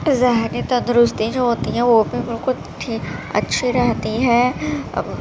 ذہنی تندرستی جو ہوتی ہیں وہ بھی بالکل اچھی رہتی ہے اب